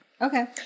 Okay